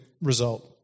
result